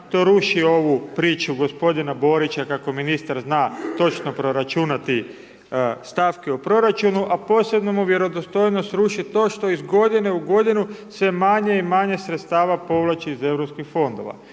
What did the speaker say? to ruši ovu priču gospodina Borića, kako ministar zna točno proračunati stavke u proračunu, a posebno mu vjerodostojnost ruši to što iz godine u godinu sve manje i manje sredstava povlači iz europskih fondova